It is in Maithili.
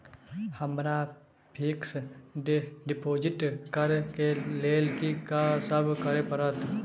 हमरा फिक्स डिपोजिट करऽ केँ लेल की सब करऽ पड़त?